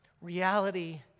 reality